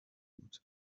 بود